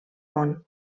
món